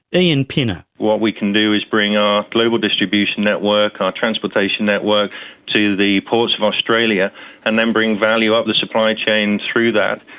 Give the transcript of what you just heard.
ian pinner what we can do is bring our global distribution network, our transportation network to the ports of australia and then bring value up the supply chain through that.